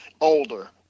older